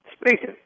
Speaking